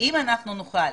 אם נוכל,